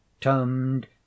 termed